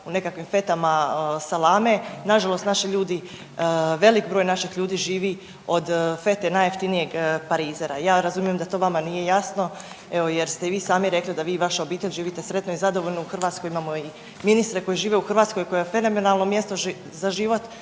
u nekakvim fetama salame, nažalost naši ljudi, velik broj naših ljudi živi od fete najjeftinijeg parizera. Ja razumijem da to vama nije jasno, evo jer ste i vi sami rekli da vi i vaša obitelj živite sretno i zadovoljno, da u Hrvatskoj imamo ministre koji žive u Hrvatskoj koja je fenomenalno mjesto za život,